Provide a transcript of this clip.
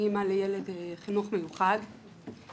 מה, אין גבול לאטימות של משרדי הממשלה?